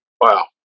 Wow